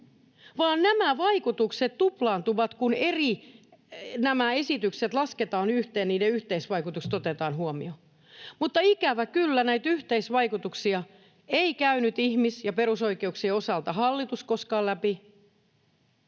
vaan nämä vaikutukset tuplaantuvat, kun nämä eri esitykset lasketaan yhteen ja niiden yhteisvaikutukset otetaan huomioon. Mutta ikävä kyllä näitä yhteisvaikutuksia ei käynyt ihmis- ja perusoikeuksien osalta hallitus koskaan läpi